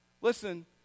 listen